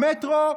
המטרו,